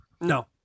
No